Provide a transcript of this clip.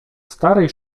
starej